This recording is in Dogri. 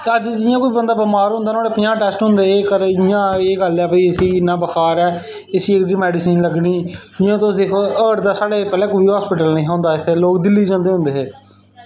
ते अज्ज जियां कोई बंदा बमार होंदा नुहाड़े पंजाह् टेस्ट होंदे कि कदें इंया कि भई इसी इन्ना बुखार ऐ इसी एह्कड़ी मेडीसिन लग्गनी इंया तुस दिक्खो कि हार्ट दा साढ़े कोई इंया हॉस्पिटल निं हा होंदा ते लोग दिल्ली जंदे होंदे हे